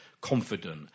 confident